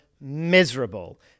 miserable